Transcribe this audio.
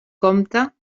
compte